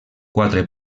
quatre